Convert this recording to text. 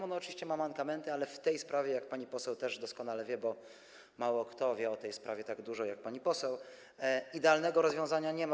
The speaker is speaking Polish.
Ono oczywiście ma mankamenty, ale w tej sprawie - jak pani poseł też doskonale wie, bo mało kto wie o tej sprawie tak dużo jak pani poseł - idealnego rozwiązania nie ma.